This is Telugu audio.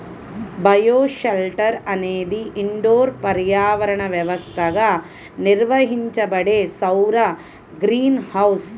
బయోషెల్టర్ అనేది ఇండోర్ పర్యావరణ వ్యవస్థగా నిర్వహించబడే సౌర గ్రీన్ హౌస్